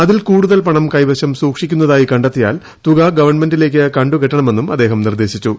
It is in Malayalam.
അതിൽ കൂടുതൽ പണം കൈവശം സൂക്ഷിക്കുന്നതായി കണ്ടെത്തിയാൽ തുക ഗവൺമെന്റിലേക്ക് കണ്ടുകെട്ടണമെന്നും അദ്ദേഹം നിർദ്ദേശിച്ചു